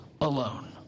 alone